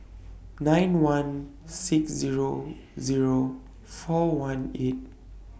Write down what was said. nine one six Zero Zero four one eight